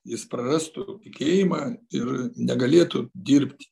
jis prarastų tikėjimą ir negalėtų dirbt